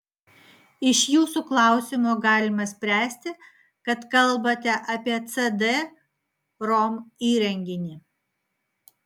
iš jūsų klausimo galima spręsti kad kalbate apie cd rom įrenginį